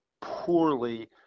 poorly